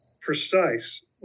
precise